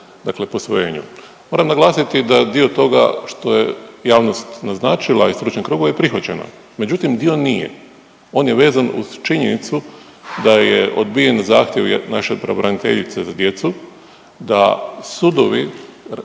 dakle posvojenju. Moram naglasiti da dio toga što je javnost naznačila i stručni krugovi prihvaćena, međutim dio nije. On je vezan uz činjenicu da je odbijen zahtjev naše pravobraniteljice za djecu da sudovi sude